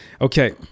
okay